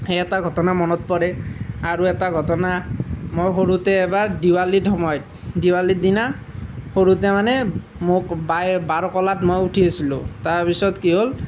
সেই এটা ঘটনা মনত পৰে আৰু এটা ঘটনা মই সৰুতে এবাৰ দেৱালীত সময়ত দেৱালীৰ দিনা সৰুতে মানে মোক বায়ে বাৰ কোলাত মই উঠি আছিলোঁ তাৰপিছত কি হ'ল